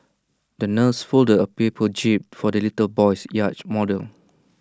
the nurse folded A paper jib for the little boy's yacht model